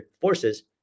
forces